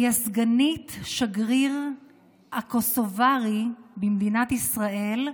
היא סגנית השגריר הקוסוברי במדינת ישראל,